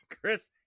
chris